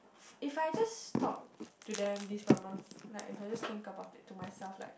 if I just talk to them this like if I just think about it to myself like